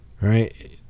Right